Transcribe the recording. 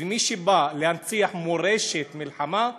ומי שבא להנציח מורשת מלחמה,